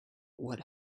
what